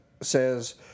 says